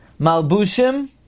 Malbushim